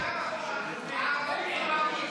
חבר הכנסת